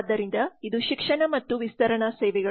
ಆದ್ದರಿಂದ ಇದು ಶಿಕ್ಷಣ ಮತ್ತು ವಿಸ್ತರಣಾ ಸೇವೆಗಳು